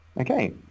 Okay